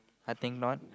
I think not